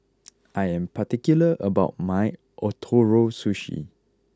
I am particular about my Ootoro Sushi